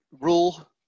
rule